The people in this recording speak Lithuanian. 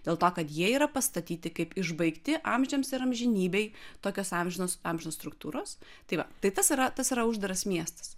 dėl to kad jie yra pastatyti kaip išbaigti amžiams ir amžinybei tokios amžinos amžiaus struktūros tai va tai tas yra tas yra uždaras miestas